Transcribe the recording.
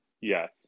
Yes